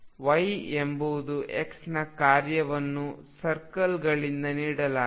Y ಎಂಬುದು X ನ ಕಾರ್ಯವನ್ನು ಸರ್ಕಲ್ಗಳಿಂದ ನೀಡಲಾಗುತ್ತದೆ